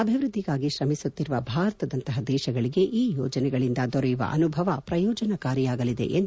ಅಭಿವೃದ್ದಿಗಾಗಿ ಶ್ರಮಿಸುತ್ತಿರುವ ಭಾರತದಂತಹ ದೇಶಗಳಿಗೆ ಈ ಯೋಜನೆಗಳಿಂದ ದೊರೆಯುವ ಅನುಭವ ಪ್ರಯೋಜಕಾರಿಯಾಗಲಿದೆ ಎಂದು ಹೇಳಿದರು